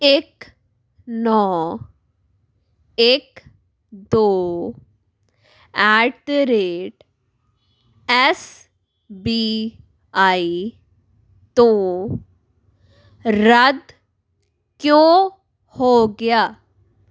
ਇੱਕ ਨੌਂ ਇੱਕ ਦੋ at the rate S B I ਤੋਂ ਰੱਦ ਕਿਉਂ ਹੋ ਗਿਆ